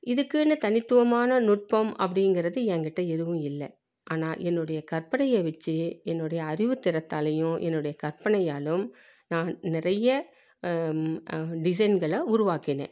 இதுக்குன்னு தனித்துவமான நுட்பம் அப்படிங்கறது ஏங்கிட்ட எதுவும் இல்லை ஆனால் என்னுடைய கற்பனையை வச்சி என்னுடைய அறிவுத்திறத்தாலையும் என்னுடைய கற்பனையாலும் நான் நிறைய டிசைன்களை உருவாக்கினேன்